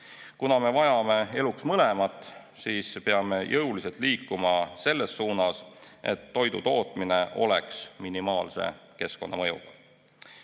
Kuna me vajame eluks mõlemat, siis peame jõuliselt liikuma selles suunas, et toidutootmine oleks minimaalse keskkonnamõjuga.